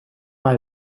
bij